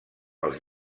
els